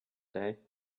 day